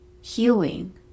healing